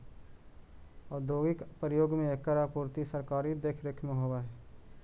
औद्योगिक प्रयोग में एकर आपूर्ति सरकारी देखरेख में होवऽ हइ